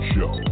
Show